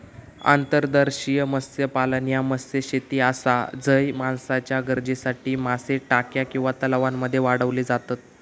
अंतर्देशीय मत्स्यपालन ह्या मत्स्यशेती आसा झय माणसाच्या गरजेसाठी मासे टाक्या किंवा तलावांमध्ये वाढवले जातत